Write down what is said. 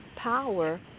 power